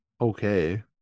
okay